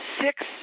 six